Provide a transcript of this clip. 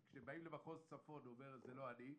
כאשר באים למחוז צפון, הוא אומר: זה לא אני.